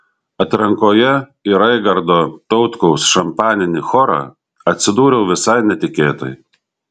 atrankoje į raigardo tautkaus šampaninį chorą atsidūriau visai netikėtai